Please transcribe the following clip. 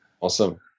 Awesome